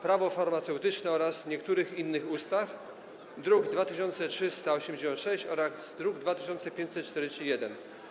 Prawo farmaceutyczne oraz niektórych innych ustaw, druki nr 2386 i 2541.